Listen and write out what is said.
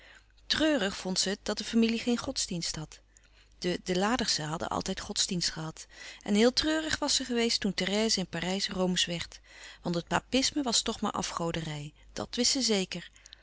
treurig vond ze het dat de familie geen godsdienst had de de ladersen hadden altijd godsdienst gehad en heel treurig was ze geweest toen therèse in parijs roomsch werd want het papisme was toch maar afgoderij dat wist ze zeker